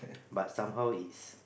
but somehow it's